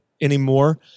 anymore